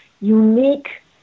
unique